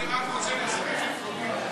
אני רק רוצה לצרף את קולי.